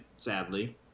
sadly